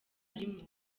arimo